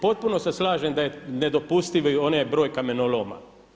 Potpuno se slažem da je nedopustiv onaj broj kamenoloma.